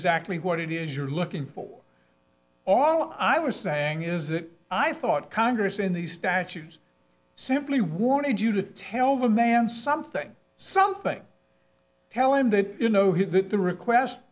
exactly what it is you're looking for all i was saying is that i thought congress in these statues simply wanted you to tell the man something something tell him that you know he that the request